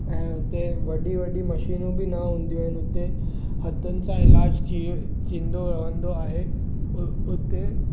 ऐं हुते वॾी वॾी मशीनियूं बि न हूंदियुं आहिनि उते हथनि सां इलाज़ु थीय थींदो रहंदो आहे उ उते